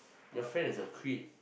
your friend is a creep